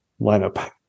lineup